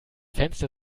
fenster